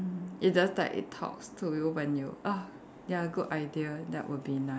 it just like it talks to you when you ah ya good idea that would be nice